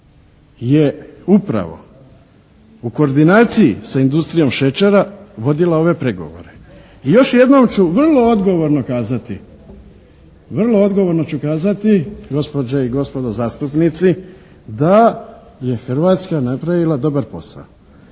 je upravo u koordinaciji sa industrijom šećera vodila ove pregovore. Još jednom ću vrlo odgovorno kazati, vrlo odgovorno ću kazati gospođe i gospodo zastupnici da je Hrvatska napravila dobar posao.